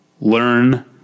learn